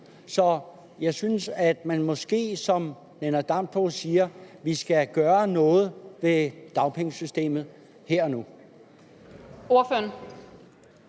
Så jeg synes, at man måske, som hr. Lennart Damsbo-Andersen siger, skal gøre noget ved dagpengesystemet her og nu.